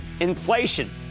inflation